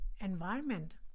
environment